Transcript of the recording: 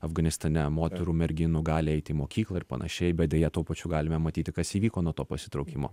afganistane moterų merginų gali eiti į mokyklą ir panašiai bet deja tuo pačiu galime matyti kas įvyko nuo to pasitraukimo